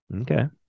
Okay